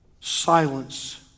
silence